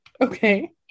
Okay